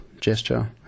gesture